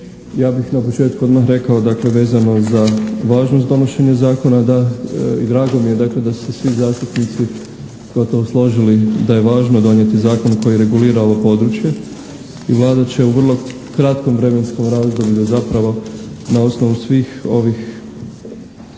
Ja bih na početku odmah rekao dakle vezano za važnost donošenja zakona da, i drago mi je dakle da su se svi zastupnici gotovo složili da je važno donijeti zakon koji regulira ovo područje i Vlada će u vrlo kratkom vremenskom razdoblju zapravo na osnovu svih ovih